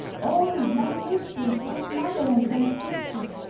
oh! my mistress, my mother, and my sister!